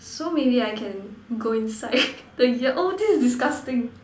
so maybe I can go inside the ear oh this is disgusting